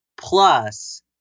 Plus